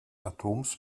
atoms